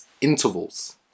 intervals